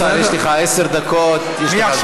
זה חוק, אדוני השר, יש לך עשר דקות, יש לך זמן.